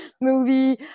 movie